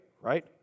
right